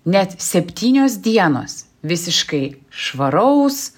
net septynios dienos visiškai švaraus